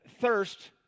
Thirst